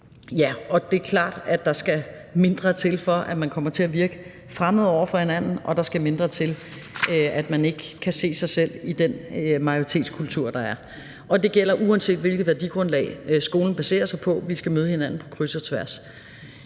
så er det klart, at der skal mindre til, for at man kommer til at virke fremmed over for hinanden, og der skal mindre til, for at man ikke kan se sig selv i den majoritetskultur, der er. Og det gælder, uanset hvilket værdigrundlag skolen baserer sig på – vi skal møde hinanden på kryds og tværs.